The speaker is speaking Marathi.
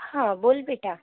हां बोल बेटा